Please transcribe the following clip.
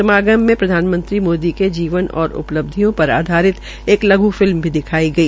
समागम में प्रधानमंत्री मोदी के जीवन और उपलब्धियों पर आधारित एक लघ् फिल्म भी दिखाई गई